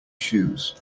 shoes